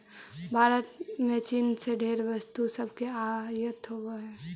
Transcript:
भारत में चीन से ढेर वस्तु सब के आयात होब हई